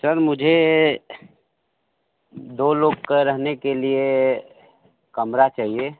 sir मुझे दो लोग का रहने के लिए कमरा चाहिए